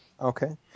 Okay